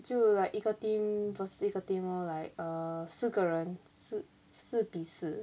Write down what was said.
就 like 一个 team 一个 team orh like uh 四个人四四比四